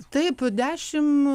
taip dešimt